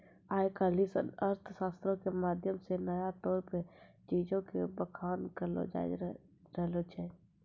आइ काल्हि अर्थशास्त्रो के माध्यम से नया तौर पे चीजो के बखान करलो जाय रहलो छै